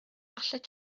allet